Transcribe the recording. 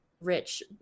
Rich